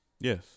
yes